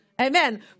Amen